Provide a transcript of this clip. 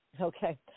okay